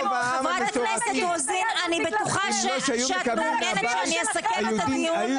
בגלל הכפייה שלכם הם לא